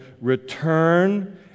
return